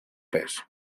pes